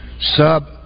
sub